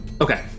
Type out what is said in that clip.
Okay